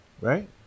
right